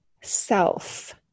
self